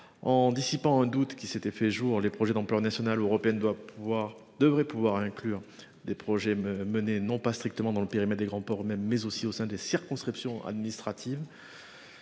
En dissipant un doute qui s'était fait jour les projets d'ampleur nationale ou européenne doit pouvoir devrait pouvoir inclure des projets me menés non pas strictement dans le périmètre des grands ports même mais aussi au sein des circonscriptions administratives.